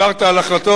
דיברת על החלטות.